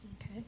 Okay